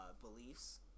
beliefs